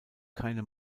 keine